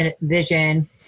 vision